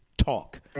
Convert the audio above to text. Talk